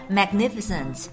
magnificent